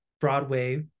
Broadway